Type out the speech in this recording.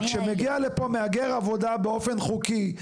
שמגיע לפה מהגר עבודה באופן חוקי,